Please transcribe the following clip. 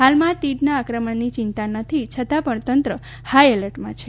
હાલમાં તીડના આક્રમણની ચિંતા નથી છતાં પણ તંત્ર હાલમાં એલર્ટમાં છે